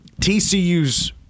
TCU's